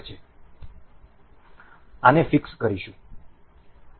અમે આને ફિક્સ કરીશું